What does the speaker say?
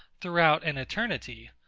throughout an eternity,